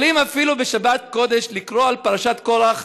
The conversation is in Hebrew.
יכולים אפילו בשבת קודש לקרוא על פרשת קורח